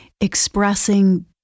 expressing